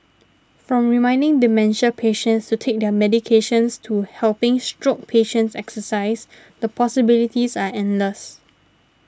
from reminding dementia patients to take their medications to helping stroke patients exercise the possibilities are endless